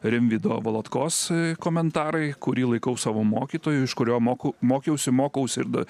rimvydo valatkos komentarai kurį laikau savo mokytoju iš kurio moku mokiausi mokausi ir da